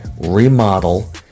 remodel